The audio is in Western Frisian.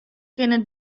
kinne